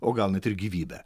o gal net ir gyvybę